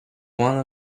one